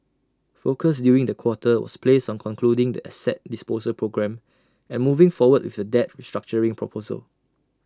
focus during the quarter was placed on concluding the asset disposal programme and moving forward with the debt restructuring proposal